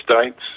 states